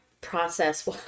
process